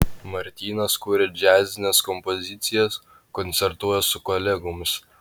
martynas kuria džiazines kompozicijas koncertuoja su kolegomis